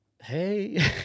hey